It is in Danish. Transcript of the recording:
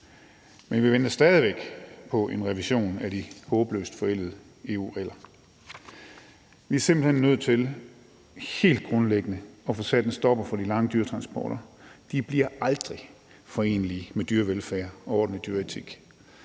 men vi venter stadig væk på en revision af de håbløst forældede EU-regler. Vi er simpelt hen nødt til helt grundlæggende at få sat en stopper for de lange dyretransporter. De bliver aldrig forenelige med dyrevelfærd og ordentlig dyreetik.